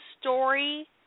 story